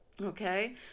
Okay